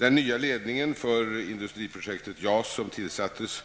Den nya ledningen för industriprojektet JAS, som tillsattes